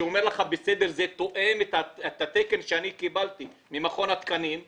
שאומר לך שזה תואם את התקן שהוא קיבל ממכון התקנים,